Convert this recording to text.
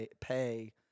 pay